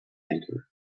anchor